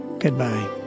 Goodbye